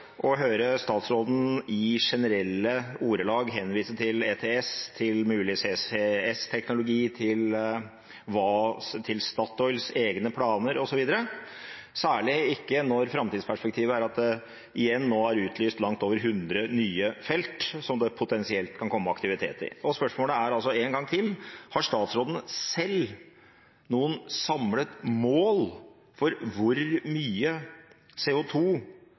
høre statsråden i generelle ordelag henvise til ETS, til mulig CCS-teknologi, til Statoils egne planer, osv. – særlig ikke når framtidsperspektivet er at det nå er utlyst langt over 100 nye felt som det potensielt kan komme aktivitet i. Spørsmålet er, en gang til: Har statsråden selv noe samlet mål for hvor mye